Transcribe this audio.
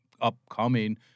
upcoming